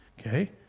Okay